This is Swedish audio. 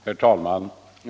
Herr talman!